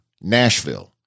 Nashville